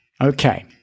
Okay